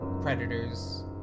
predators